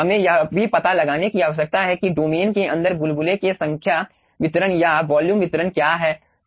हमें यह भी पता लगाने की आवश्यकता है कि डोमेन के अंदर बुलबुले के संख्या वितरण या वॉल्यूम वितरण क्या है